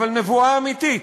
אבל נבואה אמיתית,